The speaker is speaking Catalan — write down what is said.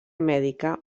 mèdica